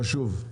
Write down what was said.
כן, חשוב.